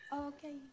Okay